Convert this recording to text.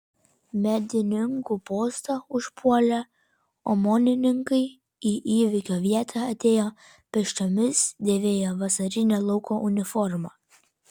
medininkų postą užpuolę omonininkai į įvykio vietą atėjo pėsčiomis dėvėjo vasarinę lauko uniformą